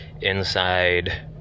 inside